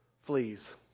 Fleas